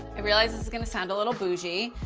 i realize this is going to sound a little bougie,